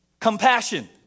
Compassion